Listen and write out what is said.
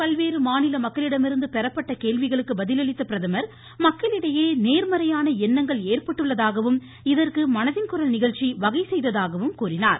பல்வேறு மாநில மக்களிடமிருந்து பெறப்பட்ட கேள்விகளுக்கு பதிலளித்த பிரதமர் மக்களிடையே நேர்மறையான எண்ணங்கள் ஏற்பட்டுள்ளதாகவும் இதற்கு மனதின் குரல் நிகழ்ச்சி வகை செய்ததாகவும் கூறினார்